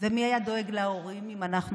ומי היה דואג להורים אם אנחנו,